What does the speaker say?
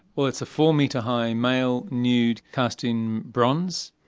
well, it's a four metre high, male nude cast in bronze.